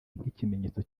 nk’ikimenyetso